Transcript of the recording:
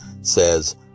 says